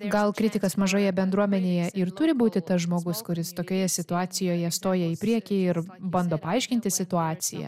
gal kritikas mažoje bendruomenėje ir turi būti tas žmogus kuris tokioje situacijoje stoja į priekį ir bando paaiškinti situaciją